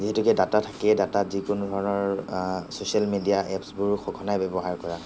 যিহেতুকে ডাটা থাকেই ডাটাত যিকোনো ধৰণৰ চছিয়েল মিডিয়া এপছবোৰ সঘনাই ব্য়ৱহাৰ কৰা হয়